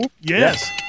yes